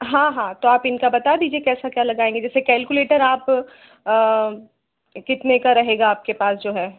हाँ हाँ तो आप इनका बता दीजिए कैसा क्या लगाएँगे जैसे कैलकुलेटर आप कितने का रहेगा आपके पास जो है